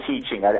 teaching